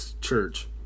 church